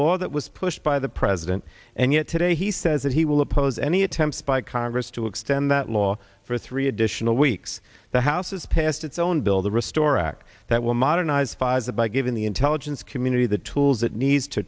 law that was pushed by the president and yet today he says that he will oppose any attempts by congress to extend that law for three additional weeks the house has passed its own bill the restore act that will modernize pfizer by giving the intelligence community the tools it needs to